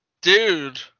Dude